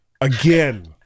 again